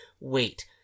Wait